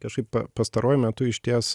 kažkaip pa pastaruoju metu išties